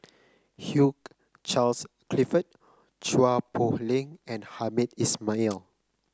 Hugh Charles Clifford Chua Poh Leng and Hamed Ismail